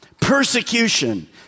persecution